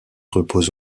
repose